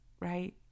right